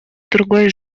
другой